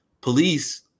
police